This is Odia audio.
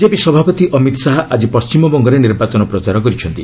ବିଜେପି ସଭାପତି ଅମିତ ଶାହା ଆଜି ପଣ୍ଢିମବଙ୍ଗରେ ନିର୍ବାଚନ ପ୍ରଚାର କରିଛନ୍ତି